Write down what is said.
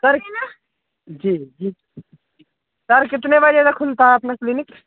sir ji जी sir कितने बजे तक खुलता है अपना क्लिनिक